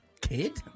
kid